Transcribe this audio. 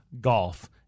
golf